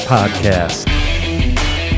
Podcast